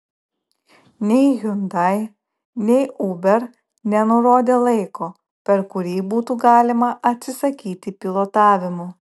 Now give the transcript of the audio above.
nei hyundai nei uber nenurodė laiko per kurį būtų galima atsisakyti pilotavimo